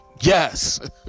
Yes